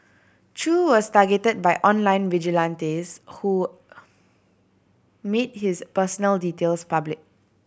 Chew was targeted by online vigilantes who made his personal details public